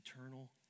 eternal